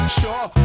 sure